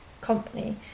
company